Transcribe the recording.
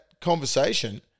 conversation